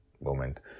moment